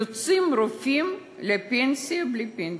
יוצאים רופאים לפנסיה בלי פנסיה,